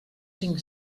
cinc